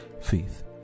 faith